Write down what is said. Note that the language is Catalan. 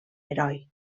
heroi